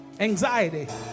Anxiety